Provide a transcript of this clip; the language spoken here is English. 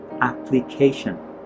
application